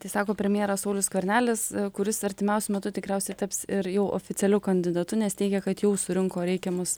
tai sako premjeras saulius skvernelis kuris artimiausiu metu tikriausiai taps ir jau oficialiu kandidatu nes teigia kad jau surinko reikiamus